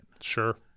Sure